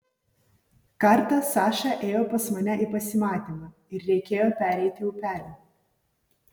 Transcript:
kartą saša ėjo pas mane į pasimatymą ir reikėjo pereiti upelį